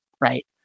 Right